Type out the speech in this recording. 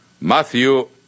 Matthew